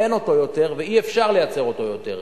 אין אותו יותר ואי-אפשר לייצר אותו יותר.